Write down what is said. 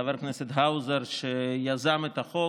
חבר הכנסת האוזר, שיזם את החוק,